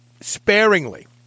sparingly